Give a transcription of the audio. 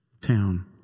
town